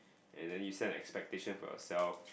and then you set an expectation for yourself